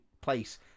place